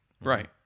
Right